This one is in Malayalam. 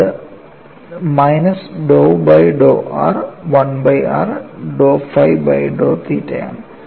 അത് minus dow by dow r 1 by r dow phi by dow theta ആണ്